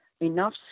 enough